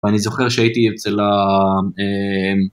ואני זוכר שהייתי אצל ה...